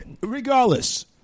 Regardless